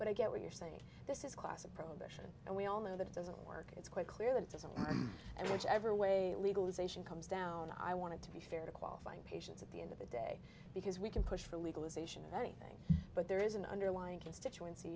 but i get what you're saying this is classic prohibition and we all know that it doesn't work it's quite clear that it doesn't and whichever way legalization comes down i want to be fair to qualifying patients at the end of the day because we can push for legalization of anything but there is an underlying constituency